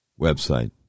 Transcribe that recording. website